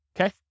okay